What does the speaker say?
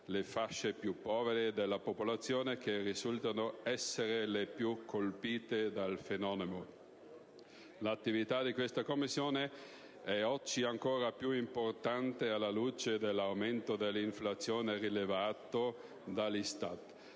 le fasce più povere della popolazione, che risultano essere le più colpite dal fenomeno. L'attività di questa Commissione è oggi ancora più importante, alla luce dell'aumento dell'inflazione rilevato dall'ISTAT.